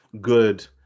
good